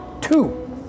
two